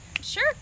Sure